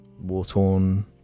War-torn